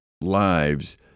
lives